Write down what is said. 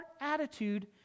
attitude